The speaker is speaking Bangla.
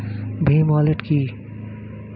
ভীম ওয়ালেট কি?